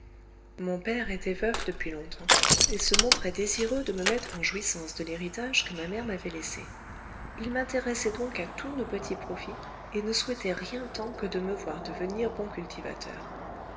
mon père était veuf depuis longtemps et se montrait désireux de me mettre en jouissance de l'héritage que ma mère m'avait laissé il m'intéressait donc à tous nos petits profits et ne souhaitait rien tant que de me voir devenir bon cultivateur